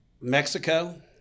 Mexico